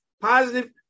positive